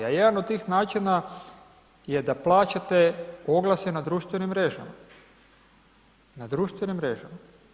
A jedan od tih načina je da plaćate oglase na društvenim mrežama, na društvenim mrežama.